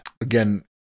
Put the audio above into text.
Again